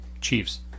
Chiefs